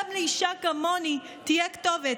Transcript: גם לאישה כמוני תהיה כתובת,